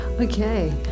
Okay